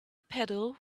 pedal